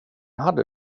hade